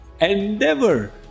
endeavor